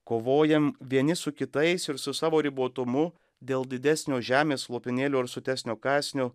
kovojam vieni su kitais ir su savo ribotumu dėl didesnio žemės lopinėlio ar sotesnio kąsnio